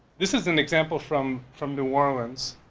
this is an example from from new orleans.